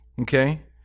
Okay